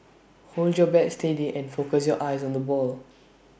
hold your bat steady and focus your eyes on the ball